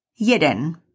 Jeden